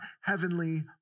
heavenly